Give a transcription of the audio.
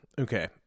okay